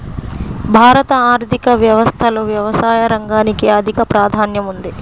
భారత ఆర్థిక వ్యవస్థలో వ్యవసాయ రంగానికి అధిక ప్రాధాన్యం ఉంది